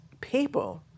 people